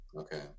okay